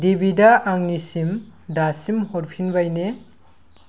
देभिदआ आंनिसिम दासिम हरफिनबाय ने